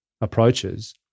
approaches